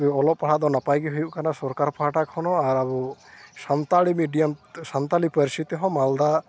ᱚᱞᱚᱜ ᱯᱟᱲᱦᱟᱜᱫᱚ ᱱᱟᱯᱟᱭᱜᱮ ᱦᱩᱭᱩᱜ ᱠᱟᱱᱟ ᱥᱚᱨᱠᱟᱨ ᱯᱟᱦᱴᱟ ᱠᱷᱚᱱᱦᱚᱸ ᱟᱨ ᱟᱵᱚ ᱥᱟᱱᱛᱟᱲᱤ ᱢᱮᱰᱤᱭᱟᱢ ᱥᱟᱱᱛᱟᱲᱤ ᱯᱟᱹᱨᱥᱤᱛᱮᱦᱚᱸ ᱢᱟᱞᱫᱟ